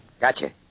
Gotcha